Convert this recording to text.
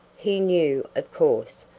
he knew, of course,